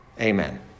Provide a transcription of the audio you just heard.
Amen